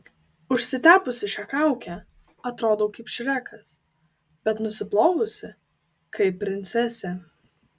užsitepusi šią kaukę atrodau kaip šrekas bet nusiplovusi kaip princesė